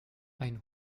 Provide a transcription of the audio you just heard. ein